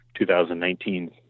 2019